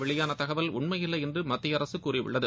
வெளியான தகவல் உண்மையில்லை என்று மத்திய அரசு கூறியுள்ளது